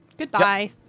Goodbye